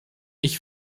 ich